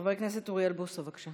חבר הכנסת אוריאל בוסו, בבקשה,